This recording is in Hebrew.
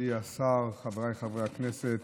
מכובדי השר, חבריי חברי הכנסת,